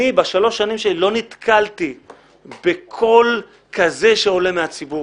אני בשלוש שנים שלי לא נתקלתי בקול כזה שעולה מהציבור,